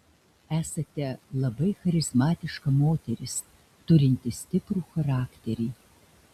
esate labai charizmatiška moteris turinti stiprų charakterį